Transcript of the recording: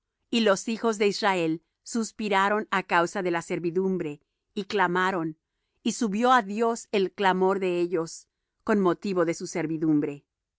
y los hijos de israel suspiraron á causa de la servidumbre y clamaron y subió á dios el clamor de ellos con motivo de su servidumbre